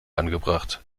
angebracht